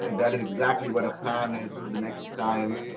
and that is exactly what a plan is for the next time.